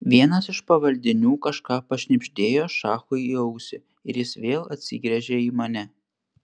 vienas iš pavaldinių kažką pašnibždėjo šachui į ausį ir jis vėl atsigręžė į mane